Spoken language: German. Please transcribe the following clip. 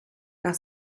nach